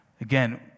Again